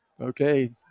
Okay